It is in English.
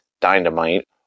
Dynamite